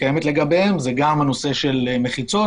קיימת לגביהם: זה גם הנושא של מחיצות,